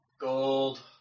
Gold